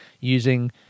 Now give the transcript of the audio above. using